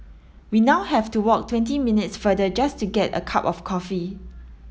we now have to walk twenty minutes farther just to get a cup of coffee